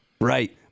right